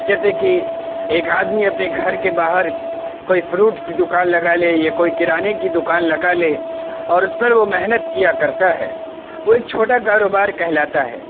جیسے کہ ایک آدمی اپنے گھر کے باہر کوئی فروٹ کی دکان لگا لے یا کوئی کرانے کی دکان لگا لے اور اس پر وہ محنت کیا کرتا ہے وہ ایک چھوٹا کاروبار کہلاتا ہے